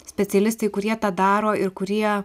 specialistai kurie tą daro ir kurie